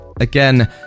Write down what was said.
Again